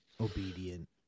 obedient